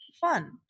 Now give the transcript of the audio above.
fun